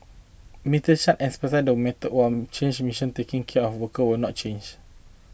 Mister Chan emphasised that methods one change mission taking care of workers will not change